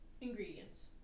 Ingredients